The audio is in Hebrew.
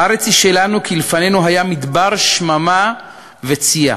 הארץ היא שלנו, כי לפנינו היה מדבר שממה וצייה,